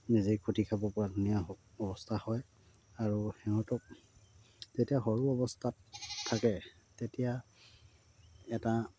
নিজেই খুটি খাব পৰা ধুনীয়া অৱস্থা হয় আৰু সিহঁতক যেতিয়া সৰু অৱস্থাত থাকে তেতিয়া এটা